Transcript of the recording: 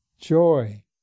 Joy